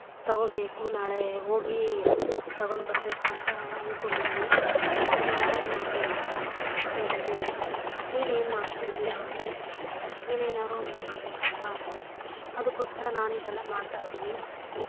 ತಗೊಳ್ಬೇಕು ನಾಳೆ ಹೋಗಿ ತಗೊಂಡು ಬರಬೇಕು ಅಂತ ಅಂದ್ಕೊಂಡಿದ್ದೀನಿ ಅವಳಿಗೆ ಏನಾರು ಒಂದು ಮಾಡಬೇಕಲ್ವ ಅಂತ ಹೇಳಿ ನೀನು ಏನು ಮಾಡ್ತಾಯಿದ್ದೀಯ ಅವಳಿಗೆ ನೀನೇನಾದ್ರೂ ಒಂದು ಮಾಡಬೇಕಲ್ವ ಅದಕ್ಕೋಸ್ಕರ ನಾನು ಇದೆಲ್ಲ ಮಾಡ್ತಾಯಿದ್ದೀನಿ